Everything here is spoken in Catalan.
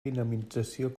dinamització